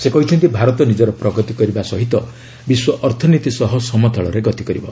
ସେ କହିଛନ୍ତି ଭାରତ ନିଜର ପ୍ରଗତି କରିବା ସହିତ ବିଶ୍ୱ ଅର୍ଥନୀତି ସହ ସମତାଳରେ ଗତି କରିବ